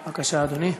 בבקשה, אדוני.